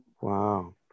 Wow